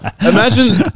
Imagine